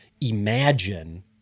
imagine